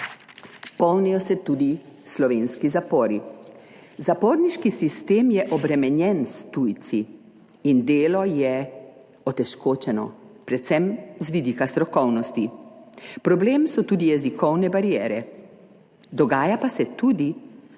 Polnijo se tudi slovenski zapori, zaporniški sistem je obremenjen s tujci in delo je otežkočeno predvsem z vidika strokovnosti. Problem so tudi jezikovne bariere, dogaja pa se tudi,